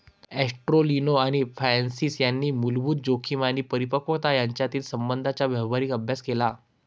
ॲस्टेलिनो आणि फ्रान्सिस यांनी मूलभूत जोखीम आणि परिपक्वता यांच्यातील संबंधांचा व्यावहारिक अभ्यास केला